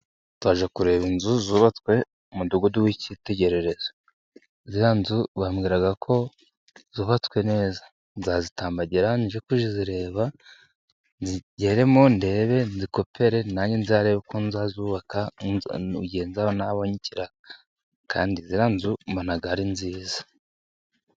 Nzajya kureba inzu zubatswe, umudugudu w'icyitegererezo. Ziriya nzu bambwira ko zubatswe neza. Nzazitambagira njye kuzireba nzigeremo, ndebe, nzikopere, nanjye nzarebe uko nzazubaka, igihe nzaba nabonye ikiraka. kandi ziriya nzu mbona ari nziza.